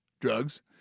drugs